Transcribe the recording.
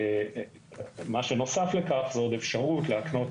מה שנוסף לכך זה עוד אפשרות להקנות